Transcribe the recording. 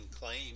claim